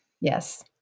Yes